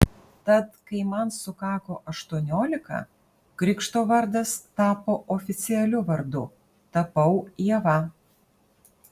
tad kai man sukako aštuoniolika krikšto vardas tapo oficialiu vardu tapau ieva